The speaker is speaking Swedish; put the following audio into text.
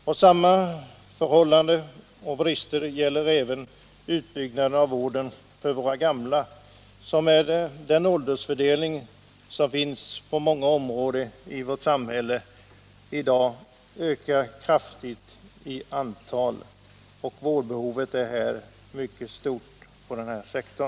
Detsamma gäller utbyggnaden av vården för våra gamla, som med den åldersfördelning vi har i många områden kraftigt ökar i antal. Vårdbehovet är mycket stort för denna sektor.